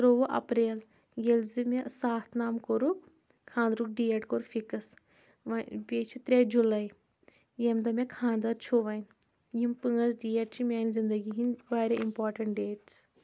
ترٛۆوُہ اپریل ییٚلہِ زِ مےٚ ساتھ نام کوٚرُکھ خانٛدرُک ڈَیٹ کوٚر فِکٕس وۄنۍ بیٚیہِ چھُ ترٛےٚ جُلاے ییٚمہِ دۄہ مےٚ خانٛدَر چھُ وۄنۍ یِم پانٛژھ ڈَیٹ چھِ میانہِ زِنٛدگی ہٕنٛدۍ واریاہ اِمپاٹَنٛٹ ڈَیٚٹٕس